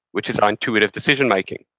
which is our intuitive decision-making.